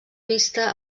vista